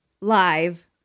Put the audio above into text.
live